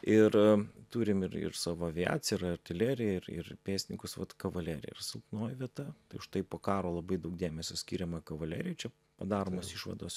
ir turim ir ir savo aviaciją ir artileriją ir ir pėstininkus vat kavalerija yra silpnoji vieta už tai po karo labai daug dėmesio skiriama kavalerijai čia padaromos išvados